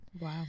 Wow